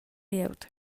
glieud